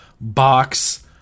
box